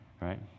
right